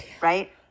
right